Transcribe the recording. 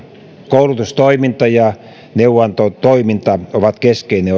koulutustoiminta ja neuvonantotoiminta ovat keskeinen